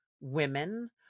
women